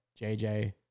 JJ